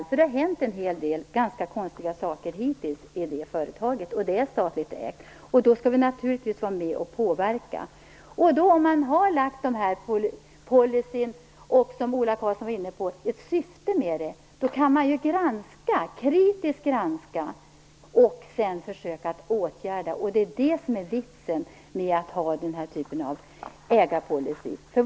Det har nämligen hänt en hel del ganska konstiga saker hittills i det företaget - och det är statligt ägt. Vi skall naturligtvis vara med och påverka. Om man har lagt fast en policy och har ett syfte med den, som Ola Karlsson var inne på, kan man kritiskt granska företagen och sedan försöka åtgärda problemen. Det är det som är vitsen med denna typ av ägarpolicy.